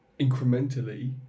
incrementally